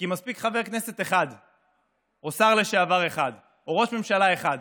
כי מספיק חבר כנסת אחד או שר לשעבר אחד או ראש ממשלה אחד